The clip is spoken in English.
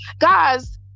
guys